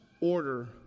order